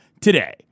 today